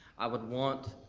i would want,